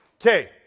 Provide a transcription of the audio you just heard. Okay